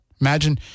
Imagine